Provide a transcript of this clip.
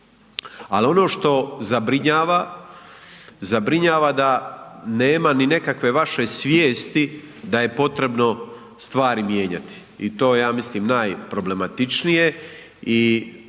Ali ono što zabrinjava, zabrinjava da nema ni nekakve vaše svijesti da je potrebno stvari mijenjati i to je ja mislim najproblematičnije i ja